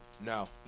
No